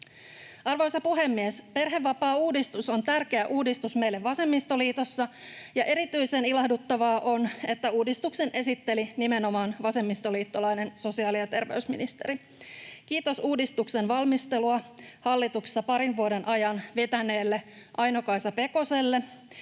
Arvoisa puhemies! Perhevapaauudistus on tärkeä uudistus meille vasemmistoliitossa, ja erityisen ilahduttavaa on, että uudistuksen esitteli nimenomaan vasemmistoliittolainen sosiaali‑ ja terveysministeri. Kiitos uudistuksen valmistelua hallituksessa parin vuoden ajan vetäneelle Aino-Kaisa Pekoselle,